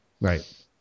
Right